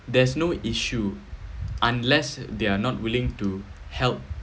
there's no issue unless they are not willing to help